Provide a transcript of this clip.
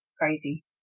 Crazy